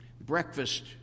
Breakfast